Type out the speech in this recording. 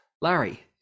Larry